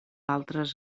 altres